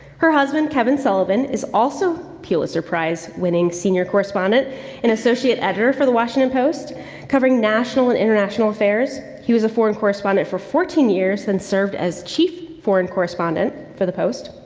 her husband kevin sullivan is also a pulitzer prize winning senior correspondent and associate editor for the washington post covering national and internationals affairs. he was a foreign correspondent for fourteen years then served as chief foreign correspondent for the post,